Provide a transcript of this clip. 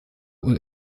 und